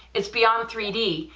it's beyond three d.